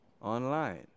online